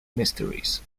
mysteries